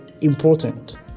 important